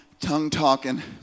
tongue-talking